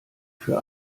für